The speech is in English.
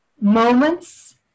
moments